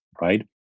right